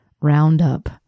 Roundup